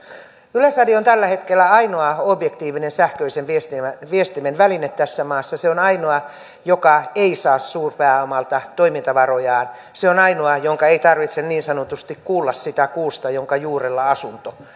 yleisradio on tällä hetkellä ainoa objektiivinen sähköisen viestinnän viestinnän väline tässä maassa se on ainoa joka ei saa suurpääomalta toimintavarojaan se on ainoa jonka ei tarvitse tässä asiassa niin sanotusti kuulla sitä kuusta jonka juurella asunto